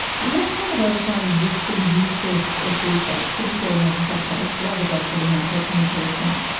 what kind of oversight exists for the use of of these drugs, particularly antipsychotics but other drugs that we might call chemical restraints,